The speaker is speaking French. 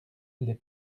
les